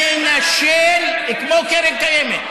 מנשל, כמו קרן קיימת?